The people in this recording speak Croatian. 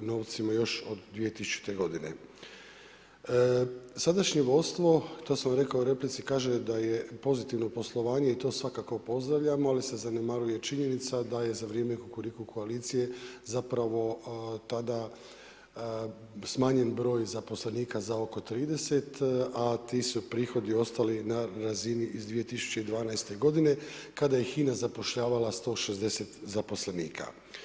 novcima još od 2000.g. Sadašnje vodstvo, to sam rekao u replici, kaže da je pozitivno poslovanje i to svakako pozdravljam, ali se zanemaruje činjenica, da je za vrijeme kukuriku koalicije, zapravo tada smanjen broj zaposlenika za oko 30, a ti su prihodi ostali na razini iz 2012. g. kada je HINA zapošljavala 160 zaposlenika.